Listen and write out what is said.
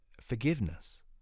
forgiveness